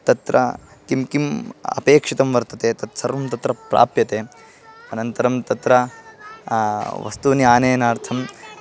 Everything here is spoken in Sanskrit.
तत्र किं किम् अपेक्षितं वर्तते तत्सर्वं तत्र प्राप्यते अनन्तरं तत्र वस्तूनि आनयनार्थं